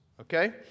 Okay